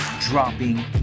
dropping